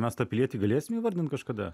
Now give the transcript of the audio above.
mes tą pilietį galėsime įvardinti kažkada